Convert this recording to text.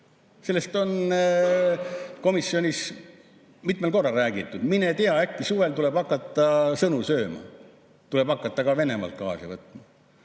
Sellest on komisjonis mitmel korral räägitud. Mine tea, äkki suvel tuleb hakata sõnu sööma ja tuleb hakata ka Venemaalt gaasi võtma.